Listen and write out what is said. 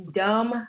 dumb